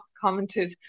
commented